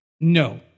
No